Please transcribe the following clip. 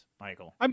Michael